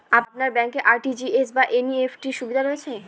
আপনার ব্যাংকে আর.টি.জি.এস বা এন.ই.এফ.টি র সুবিধা রয়েছে?